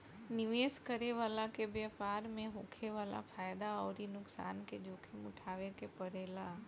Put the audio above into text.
निवेश करे वाला के व्यापार में होखे वाला फायदा अउरी नुकसान के जोखिम उठावे के पड़ेला